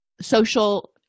social